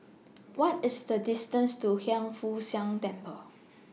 What IS The distance to Hiang Foo Siang Temple